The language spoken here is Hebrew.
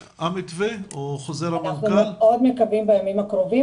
אנחנו גם רואים תלמידים שפותחים מצלמה,